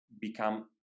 become